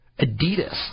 Adidas